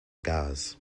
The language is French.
gaz